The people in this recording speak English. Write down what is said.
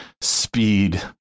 speed